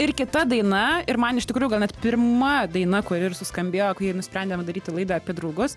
ir kita daina ir man iš tikrųjų gal net pirma daina kuri ir suskambėjo kai nusprendėm daryti laidą apie draugus